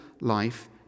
life